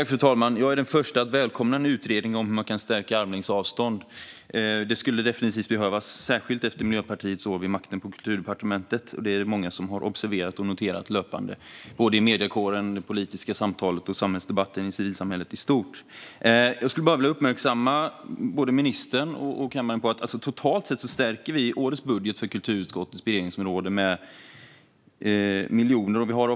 Fru talman! Jag är den förste att välkomna en utredning om hur man kan stärka armlängds avstånd. Det skulle definitivt behövas, särskilt efter Miljöpartiets år vid makten på Kulturdepartementet. Detta har många löpande observerat och noterat i mediekåren, i det politiska samtalet och i samhällsdebatten i civilsamhället i stort. Jag vill uppmärksamma både ministern och kammaren på att vi i årets budget för kulturutskottets beredningsområde totalt sett har en förstärkning med miljoner.